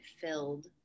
filled